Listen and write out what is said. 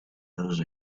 those